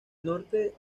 norte